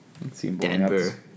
Denver